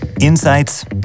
Insights